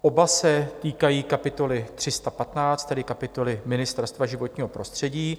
Oba se týkají kapitoly 315, tedy kapitoly Ministerstvo životního prostředí.